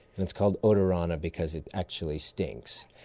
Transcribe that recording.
and it's called odorrana because it actually stinks,